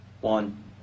One